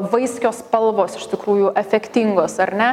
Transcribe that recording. vaiskios spalvos iš tikrųjų efektingos ar ne